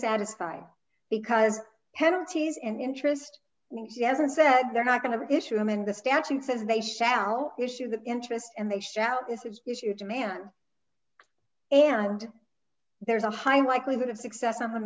satisfied because penalties and interest she hasn't said they're not going to issue them and the statute says they shall issue the interest and they shout it's issued to man and there's a high likelihood of success on the